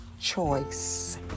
choice